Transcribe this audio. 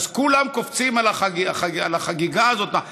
אז כולם קופצים על החגיגה הזאת,